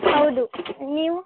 ಹೌದು ನೀವು